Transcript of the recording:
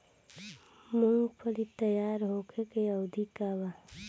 मूँगफली तैयार होखे के अवधि का वा?